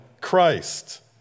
christ